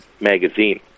magazine